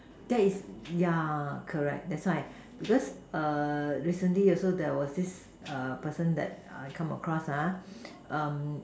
that is yeah correct that's why because err recently also there was this err person that I come cross ah um